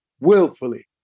willfully